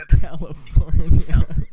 California